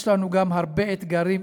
יש לנו גם הרבה אתגרים.